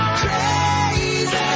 crazy